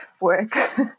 work